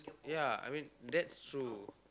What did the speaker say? ya I mean that's true